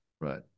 Right